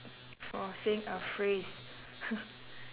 for saying a phrase